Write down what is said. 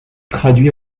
traduit